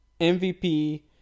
MVP